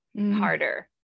harder